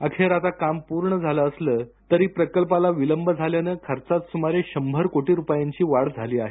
अखेर आता काम पूर्ण झालं असलं तरी प्रकल्पाला विलंब झाल्यानं खर्चात सुमारे शंभर कोटी रुपयांची वाढ झाली आहे